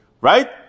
Right